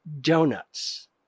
Donuts